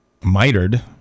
mitered